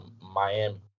Miami